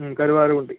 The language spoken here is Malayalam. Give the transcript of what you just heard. ഉം കരുവാരക്കുണ്ട്